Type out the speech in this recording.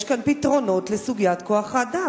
יש כאן פתרונות לסוגיות כוח האדם.